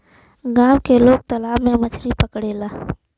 गांव के लोग तालाब से मछरी पकड़ेला